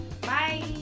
Bye